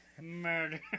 murder